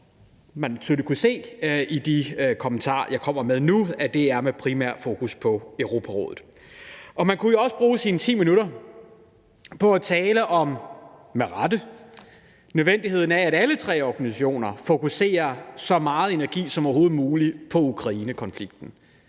kunne se af de kommentarer, jeg kommer med nu, altså at det primært er med fokus på Europarådet. Man kunne jo også bruge sine 10 minutter på at tale om – med rette – nødvendigheden af, at alle tre organisationer fokuserer så meget energi som overhovedet muligt på Ukrainekonflikten.